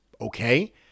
Okay